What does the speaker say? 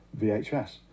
vhs